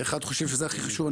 אחד חושב שזה הכי חשוב.